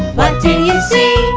what do you see?